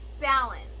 Balance